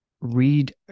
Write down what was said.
read